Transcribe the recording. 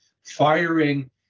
firing